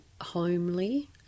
homely